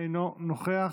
אינו נוכח.